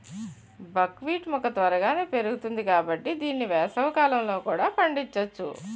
బక్ wheat మొక్క త్వరగానే పెరుగుతుంది కాబట్టి దీన్ని వేసవికాలంలో కూడా పండించొచ్చు